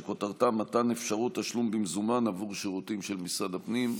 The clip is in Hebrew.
שכותרתה: מתן אפשרות תשלום במזומן עבור שירותים של משרד הפנים.